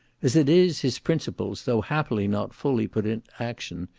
as it is, his principles, though happily not fully put in action,